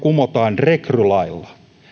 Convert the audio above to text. kumotaan rekrylailla